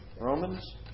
Romans